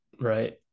Right